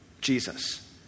Jesus